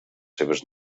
seves